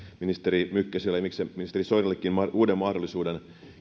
ministeri mykkäselle ja miksei ministeri soinillekin uuden mahdollisuuden